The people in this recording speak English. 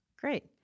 Great